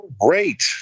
Great